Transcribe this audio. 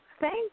Thank